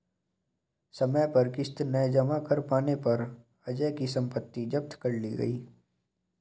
समय पर किश्त न जमा कर पाने पर अजय की सम्पत्ति जब्त कर ली गई